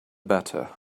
better